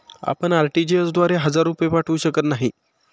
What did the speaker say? आपण आर.टी.जी.एस द्वारे हजार रुपये पाठवू शकत नाही